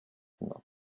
not